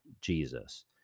Jesus